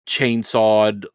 Chainsawed